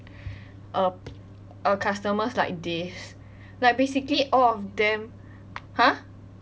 uh uh customers like this like basically all of them !huh!